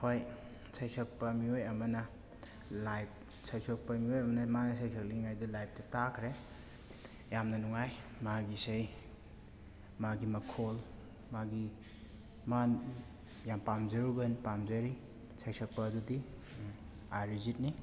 ꯍꯣꯏ ꯁꯩꯁꯛꯄ ꯃꯤꯑꯣꯏ ꯑꯃꯅ ꯂꯥꯏꯕ ꯁꯩꯁꯛꯄ ꯃꯤꯑꯣꯏ ꯑꯃꯅ ꯃꯥꯅ ꯏꯁꯩ ꯁꯛꯂꯤꯉꯩꯗ ꯂꯥꯏꯕꯇ ꯇꯥꯗ꯭ꯔꯦ ꯌꯥꯝꯅ ꯅꯨꯡꯉꯥꯏ ꯃꯥꯒꯤ ꯏꯁꯩ ꯃꯥꯒꯤ ꯃꯈꯣꯜ ꯃꯥꯒꯤ ꯃꯥ ꯌꯥꯝ ꯄꯥꯝꯖꯔꯨꯕ ꯄꯥꯝꯖꯔꯤ ꯁꯩꯁꯛꯄ ꯑꯗꯨꯗꯤ ꯑꯥꯔꯤꯖꯤꯠꯅꯤ